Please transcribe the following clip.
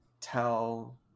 tell